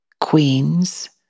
queens